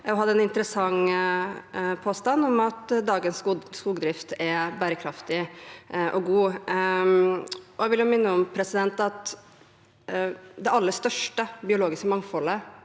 og hadde en interessant påstand om at dagens skogdrift er bærekraftig og god. Jeg vil minne om at det aller største biologiske mangfoldet